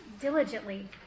diligently